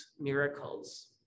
miracles